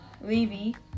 Levi